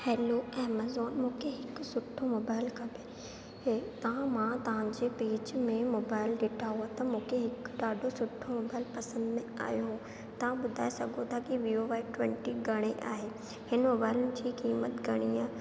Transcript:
हलो Amazon मूंखे हिकु सुठो मोबाइल खपे हे तव्हां मां तव्हांजे पेज में मोबाइल ॾिठा हुआ त मूंखे हिकु ॾाढो सुठो मोबाइल पसंदि में आयो हो तव्हां ॿुधाए सघो थी की विवो वाई ट्वंटी घणे आहे हिन मोबाइल जी कीमत घणी आहे